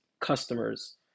customers